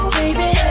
baby